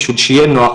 בכדי שיהיה נוח,